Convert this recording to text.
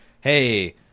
hey